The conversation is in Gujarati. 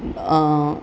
અ